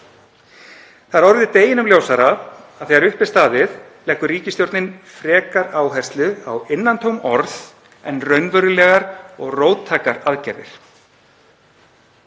er orðið deginum ljósara að þegar upp er staðið leggur ríkisstjórnin frekar áherslu á innantóm orð en raunverulegar og róttækar aðgerðir.